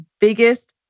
biggest